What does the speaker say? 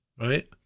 right